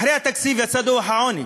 אחרי התקציב יצא דוח העוני,